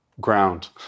ground